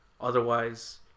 Otherwise